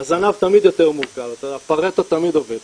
הזנב תמיד יותר מורכב, הפארטו תמיד עובד.